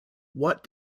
what